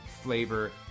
flavor